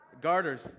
Garters